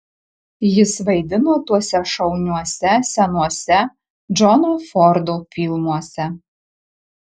jis vaidino tuose šauniuose senuose džono fordo filmuose